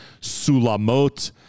Sulamot